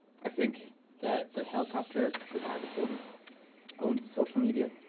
i think that the helicopter should have its own own social media